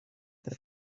the